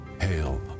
Hail